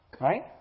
Right